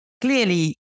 clearly